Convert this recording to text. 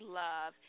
love